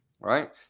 Right